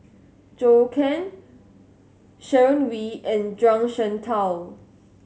Zhou Can Sharon Wee and Zhuang Shengtao